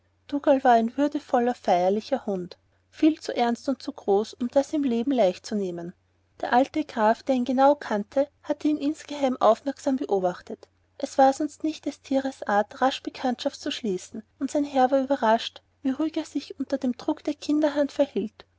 war ein würdevoller feierlicher hund viel zu ernst und zu groß um das leben leicht zu nehmen der alte graf der ihn genau kannte hatte ihn insgeheim aufmerksam beobachtet es war sonst nicht des tieres art rasch bekanntschaften zu schließen und sein herr war überrascht wie ruhig er sich unter dem druck der kinderhand verhielt